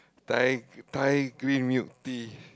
Thai Thai Green Milk Tea